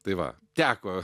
tai va teko